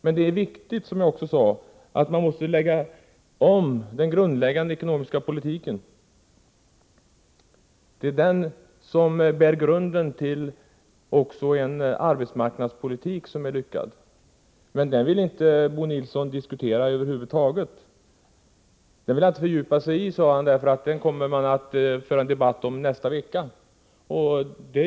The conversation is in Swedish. Men jag sade också att det är viktigt att lägga om den grundläggande ekonomiska politiken. Där finns grunden för en lyckad arbetsmarknadspolitik, men den vill Bo Nilsson över huvud taget inte diskutera. Den vill han inte fördjupa sig i, sade han, för den skall vi debattera i nästa vecka.